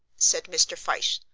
said mr. fyshe,